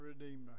Redeemer